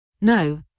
No